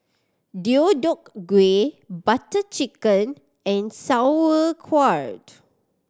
Deodeok Gui Butter Chicken and Sauerkraut